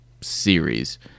series